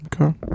Okay